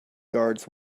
guards